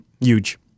Huge